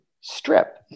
strip